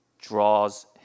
draws